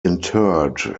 interred